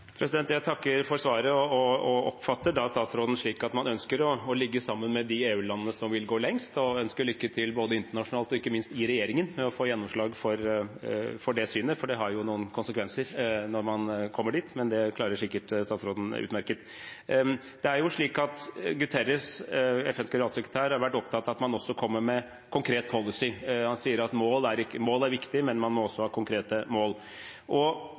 for oppfølgingsspørsmål – først Espen Barth Eide. Jeg takker for svaret. Jeg oppfatter statsråden slik at man ønsker å ligge sammen med de EU-landene som vil gå lengst, og ønsker lykke til både internasjonalt og ikke minst i regjeringen med å få gjennomslag for det synet, for det har jo noen konsekvenser når man kommer dit, men det klarer sikkert statsråden utmerket. Guterres, FNs generalsekretær, har vært opptatt av at man kommer med konkret policy. Han sier at mål er viktig, men man må også ha konkrete mål.